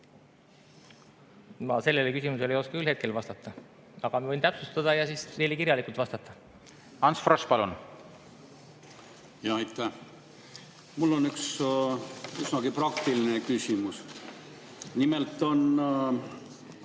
Ma sellele küsimusele ei oska hetkel vastata, aga võin täpsustada ja teile kirjalikult vastata. Ants Frosch, palun! Aitäh! Mul on üks üsnagi praktiline küsimus. Nimelt on